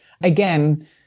Again